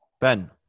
Ben